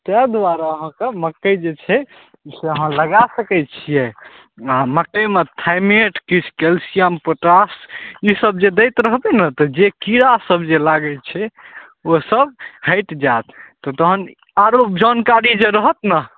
तै दुआरे अहाँके मकइ जे छै से अहाँ लगा सकय छियै आओर मकइमे थाइमेट किछु कैल्शियम पोटाश ईसब जे दैत रहबय ने तऽ जे कीड़ा सब जे लागय छै ओ सब हटि जायत तऽ तहन आरो जानकारी जे रहत नऽ